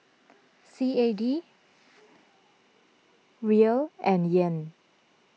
C A D Riel and Yen